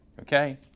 Okay